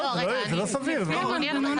זה לא סביר, נו.